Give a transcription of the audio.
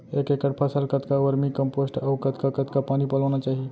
एक एकड़ फसल कतका वर्मीकम्पोस्ट अऊ कतका कतका पानी पलोना चाही?